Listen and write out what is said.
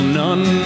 none